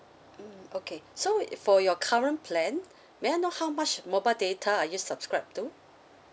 mm okay so if for your current plan may I know how much mobile data are you subscribe to